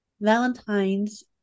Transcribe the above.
Valentine's